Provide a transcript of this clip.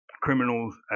criminals